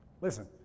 Listen